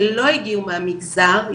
שלא הגיעו מהמגזר,